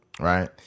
right